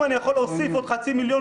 אם אני יכול להוסיף עוד חצי מיליון,